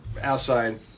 outside